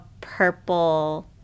purple